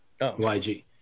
YG